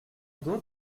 d’eau